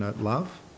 love